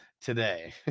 today